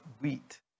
wheat